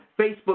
Facebook